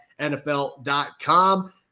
NFL.com